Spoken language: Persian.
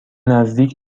نزدیک